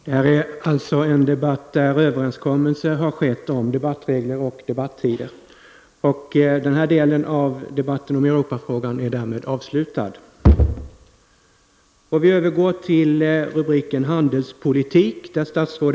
Detta är en debatt inför vilken överenskommelse mellan partierna har träffats om debattregler och debattider. Därmed är denna del av debatten om Europafrågan avslutad.